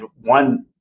one